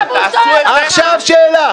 -- ולכן תעשו את זה -- עכשיו שאלה.